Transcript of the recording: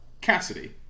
Cassidy